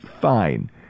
Fine